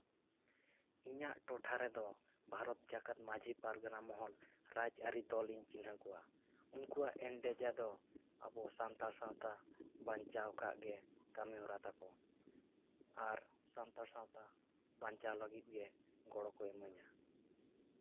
ᱤᱧᱟᱹᱜ ᱴᱚᱴᱷᱟ ᱨᱮᱫᱚ ᱵᱷᱟᱨᱚᱛ ᱡᱟᱠᱟᱛ ᱢᱟᱺᱡᱷᱤ ᱯᱟᱨᱜᱟᱱᱟ ᱢᱚᱦᱚᱞ ᱨᱟᱡᱽᱟᱹᱨᱤ ᱫᱚᱞ ᱤᱧ ᱪᱤᱱᱦᱟᱹᱣ ᱠᱚᱣᱟ ᱩᱱᱠᱩᱣᱟᱜ ᱮᱡᱮᱱᱰᱟ ᱫᱚ ᱟᱵᱚᱣᱟᱜ ᱥᱟᱱᱛᱟᱲ ᱥᱟᱶᱛᱟ ᱵᱟᱧᱪᱟᱣ ᱠᱟᱜ ᱜᱮ ᱠᱟᱹᱢᱤᱦᱚᱨᱟ ᱛᱟᱠᱚ ᱟᱨ ᱥᱟᱱᱛᱟᱲ ᱥᱟᱶᱛᱟ ᱵᱟᱧᱪᱟᱣ ᱞᱟᱹᱜᱤᱫ ᱜᱮ ᱜᱚᱲᱚ ᱠᱚ ᱤᱢᱟᱹᱧᱟ